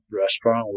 restaurant